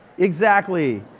exactly.